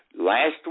Last